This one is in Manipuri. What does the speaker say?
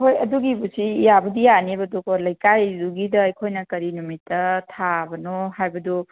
ꯍꯣꯏ ꯑꯗꯨꯒꯤꯕꯨꯗꯤ ꯌꯥꯕꯨꯗꯤ ꯌꯥꯅꯦꯕꯀꯣ ꯂꯩꯀꯥꯏꯗꯨꯒꯤꯗ ꯑꯩꯈꯣꯏꯅ ꯀꯔꯤ ꯅꯨꯃꯤꯠꯇ ꯊꯥꯕꯅꯤ ꯍꯥꯏꯕꯗꯣ